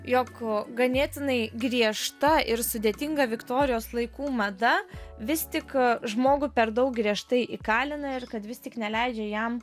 jog ganėtinai griežta ir sudėtinga viktorijos laikų mada vis tik žmogų per daug griežtai įkalina ir kad vis tik neleidžia jam